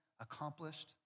accomplished